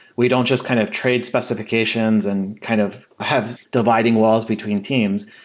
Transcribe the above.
we don't just kind of trade specifications and kind of have dividing walls between teams.